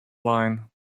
line